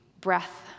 breath